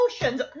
emotions